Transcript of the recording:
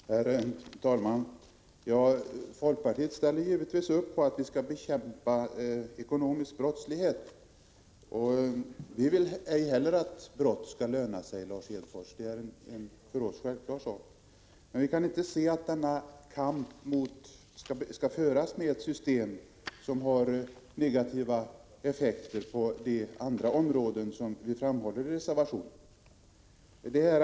Herr talman! Folkpartiet ställer givetvis upp för att bekämpa ekonomisk brottslighet. Vi vill ej heller att brott skall löna sig, Lars Hedfors — det är för oss en självklar sak. Men vi kan inte se att denna kamp skall föras med ett system som har negativa effekter på de andra områden som vi framhåller i reservationen.